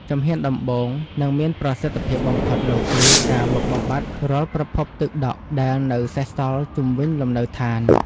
ជំហានដំបូង និងមានប្រសិទ្ធភាពបំផុតនោះគឺការលុបបំបាត់រាល់ប្រភពទឹកដក់ដែលនៅសេសសល់ជុំវិញលំនៅដ្ឋាន។